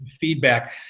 feedback